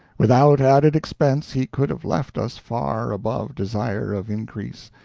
without added expense he could have left us far above desire of increase,